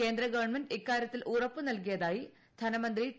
കേന്ദ്രഗവൺമെന്റ് ഇക്കാര്യത്തിൽ ഉറപ്പ് നൽകിയതായി ധനമന്ത്രി ടി